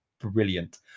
Brilliant